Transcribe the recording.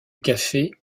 café